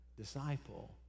disciple